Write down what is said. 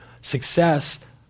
Success